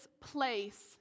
place